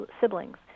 siblings